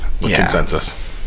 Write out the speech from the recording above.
consensus